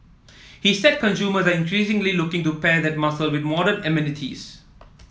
he said consumers are increasingly looking to pair that muscle with modern amenities